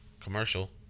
Commercial